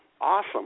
Awesome